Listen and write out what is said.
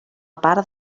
part